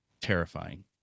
terrifying